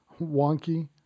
wonky